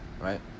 Right